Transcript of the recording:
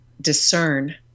discern